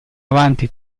avanti